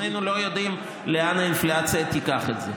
שנינו לא יודעים לאן האינפלציה תיקח את זה.